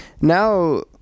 now